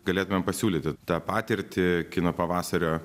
galėtumėm pasiūlyti tą patirtį kino pavasario